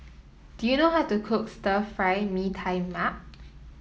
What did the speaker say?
do you know how to cook Stir Fry Mee Tai Mak